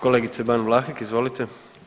Kolegice Ban Vlahek, izvolite.